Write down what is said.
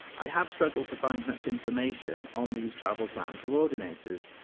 i have struggled to find much information on these travel plan co-ordinators.